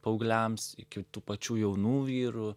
paaugliams iki tų pačių jaunų vyrų